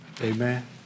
Amen